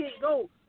go